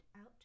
out